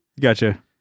Gotcha